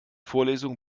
vorlesungen